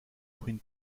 ruine